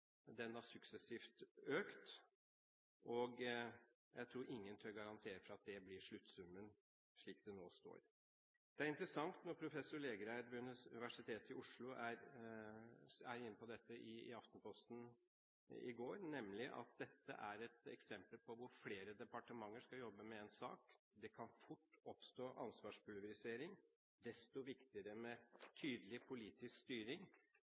den suksessivt har økt, og jeg tror ingen tør garantere for at det blir sluttsummen, slik saken nå står. Det er interessant når professor Lægreid ved Universitetet i Bergen i Aftenposten i går er inne på at dette er et eksempel på at når flere departementer skal jobbe med en sak, kan det fort oppstå ansvarspulverisering. Desto viktigere er det med tydelig politisk styring.